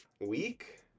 week